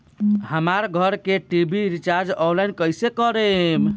हमार घर के टी.वी रीचार्ज ऑनलाइन कैसे करेम?